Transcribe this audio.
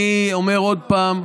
אני אומר עוד פעם: